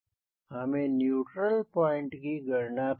हमें neutral point की गणना करनी है